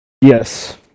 Yes